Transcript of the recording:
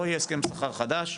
לא יהיה הסכם שכר חדש,